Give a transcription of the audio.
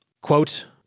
Quote